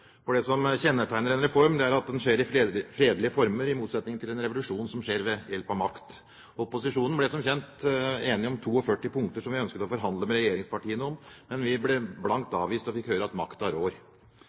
for det som kjennetegner en reform, er at den skjer i fredelige former, i motsetning til en revolusjon, som skjer ved hjelp av makt. Opposisjonen ble som kjent enig om 42 punkter, som vi ønsket å forhandle med regjeringspartiene om, men vi ble blankt